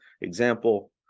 example